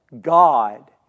God